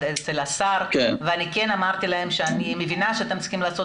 אצל השר וכן אמרתי להם שאני מבינה שאתם צריכים לעשות